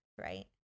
right